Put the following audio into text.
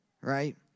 right